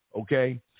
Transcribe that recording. okay